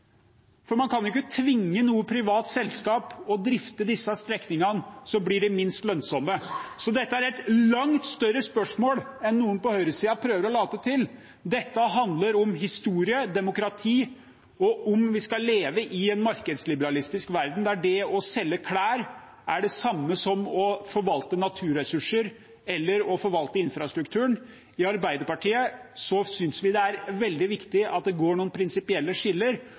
for å drifte dem, for man kan ikke tvinge noe privat selskap til å drifte disse strekningene, som blir de minst lønnsomme. Så dette er et langt større spørsmål enn noen på høyresiden prøver å late som. Dette handler om historie, demokrati og om vi skal leve i en markedsliberalistisk verden, der det å selge klær er det samme som å forvalte naturressurser eller å forvalte infrastrukturen. I Arbeiderpartiet synes vi det er veldig viktig at det går noen prinsipielle skiller.